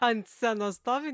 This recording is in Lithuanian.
ant scenos stovi